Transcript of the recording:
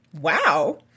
Wow